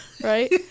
Right